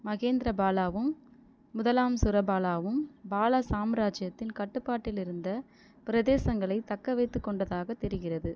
மகேந்திரபாலாவும் முதலாம் சுரபாலாவும் பால சாம்ராஜ்யத்தின் கட்டுப்பாட்டில் இருந்த பிரதேசங்களைத் தக்கவைத்துக் கொண்டதாகத் தெரிகிறது